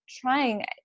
trying